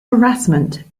harassment